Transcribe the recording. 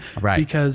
right